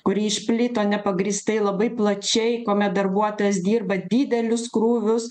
kuri išplito nepagrįstai labai plačiai kuomet darbuotojas dirba didelius krūvius